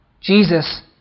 Jesus